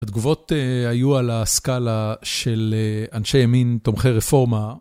התגובות היו על הסקאלה של אנשי ימין תומכי רפורמה.